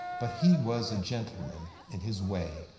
but he was a gentleman in his way,